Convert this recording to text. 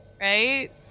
right